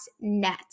net